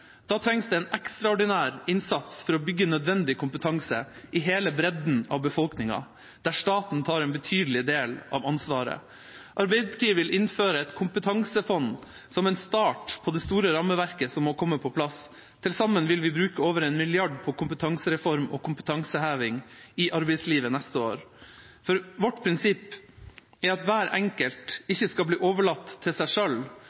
Da trengs det en ekstraordinær innsats for å bygge nødvendig kompetanse i hele bredden av befolkningen, der staten tar en betydelig del av ansvaret. Arbeiderpartiet vil innføre et kompetansefond som en start på det store rammeverket som må komme på plass. Til sammen vil vi bruke over en milliard på kompetansereform og kompetanseheving i arbeidslivet neste år, for vårt prinsipp er at hver enkelt ikke skal bli overlatt til seg